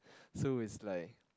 so is like